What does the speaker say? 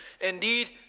Indeed